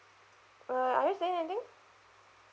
uh are you saying anything